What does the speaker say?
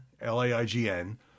L-A-I-G-N